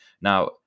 Now